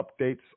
updates